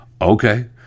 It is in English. Okay